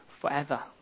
forever